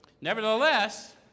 Nevertheless